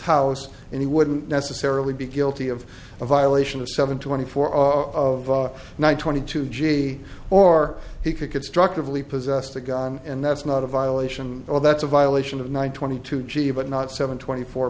house and he wouldn't necessarily be guilty of a violation of seven twenty four of one twenty two g or he could constructively possess the gun and that's not a violation or that's a violation of one twenty two g but not seven twenty four